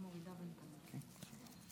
הגענו בראש חודש עם נשות הכותל להתפלל ברחבת